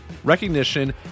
Recognition